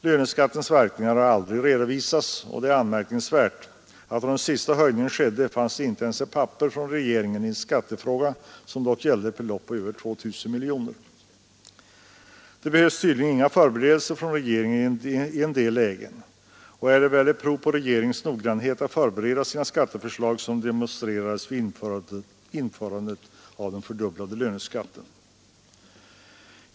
Löneskattens verkningar har aldrig redovisats, och det är anmärkningsvärt att då den sista höjningen skedde fanns det inte ens ett papper från regeringen i en skattefråga som dock gällde ett belopp på över 2 000 miljoner. Det behövs tydligen inga förberedelser från regeringen i en del lägen, och det är väl ett prov på regeringens noggrannhet att förbereda sina skatteförslag som demonstrerades vid införandet av den fördubblade löneskatten.